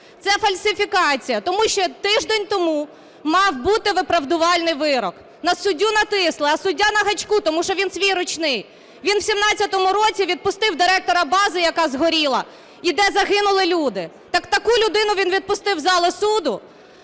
Це фальсифікація. Тому що тиждень тому мав бути виправдувальний вирок. На суддю натисли, а суддя на гачку, тому що він свій – "ручний". Він в 17-му році відпустив директора бази, яка згоріла і де загинули люди. Так таку людину він відпустив із зали суду,